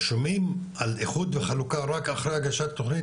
או שומעים על איחוד וחלוקה רק אחרי הגשת תוכנית,